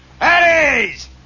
Eddie's